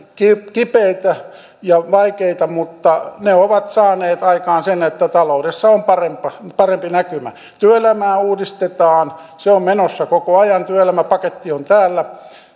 kipeitä ja vaikeita mutta ne ovat saaneet aikaan sen että taloudessa on parempi parempi näkymä työelämää uudistetaan se on menossa koko ajan työelämäpaketti on täällä